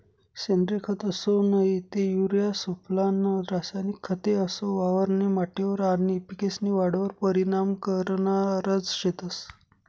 सेंद्रिय खत असो नही ते युरिया सुफला नं रासायनिक खते असो वावरनी माटीवर आनी पिकेस्नी वाढवर परीनाम करनारज शेतंस